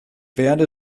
werde